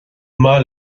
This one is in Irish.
maith